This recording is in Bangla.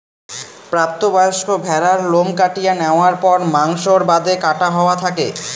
প্রাপ্ত বয়স্ক ভ্যাড়ার লোম কাটিয়া ন্যাওয়ার পর মাংসর বাদে কাটা হয়া থাকে